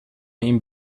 این